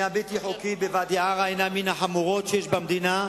הבנייה הבלתי-חוקית בוואדי-עארה היא מן החמורות שיש במדינה.